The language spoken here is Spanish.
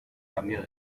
cambió